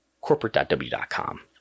corporate.w.com